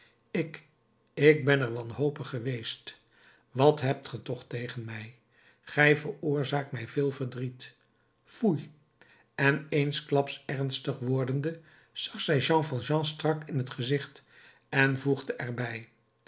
ik ik ben er wanhopig geweest wat hebt ge toch tegen mij gij veroorzaakt mij veel verdriet foei en eensklaps ernstig wordende zag zij jean valjean strak in t gezicht en voegde er